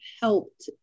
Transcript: helped